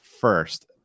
first